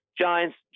Giants